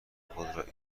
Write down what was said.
خود